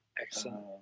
Excellent